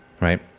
right